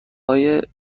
های